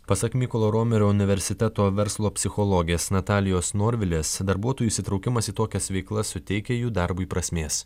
pasak mykolo romerio universiteto verslo psichologės natalijos norvilės darbuotojų įsitraukimas į tokias veiklas suteikia jų darbui prasmės